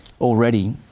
already